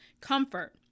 comfort